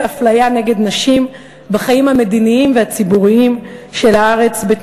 אפליה נגד נשים בחיים המדיניים והציבוריים של הארץ,